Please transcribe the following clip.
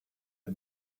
had